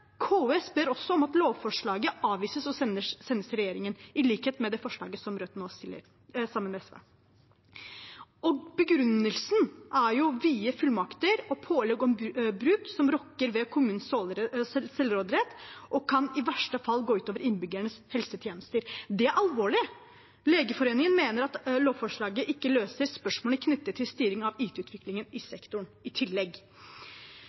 om at lovforslaget avvises og sendes tilbake til regjeringen, i likhet med det forslaget som Rødt nå fremmer sammen med SV. Begrunnelsen er vide fullmakter og pålegg om bruk som rokker ved kommunenes selvråderett og i verste fall kan gå ut over innbyggernes helsetjenester. Det er alvorlig. Legeforeningen mener at lovforslaget i tillegg ikke løser spørsmålet knyttet til styring av IT-utviklingen i